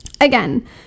again